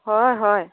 হয় হয়